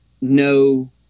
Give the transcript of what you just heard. no